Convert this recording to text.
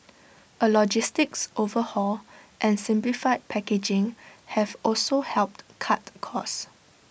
A logistics overhaul and simplified packaging have also helped cut costs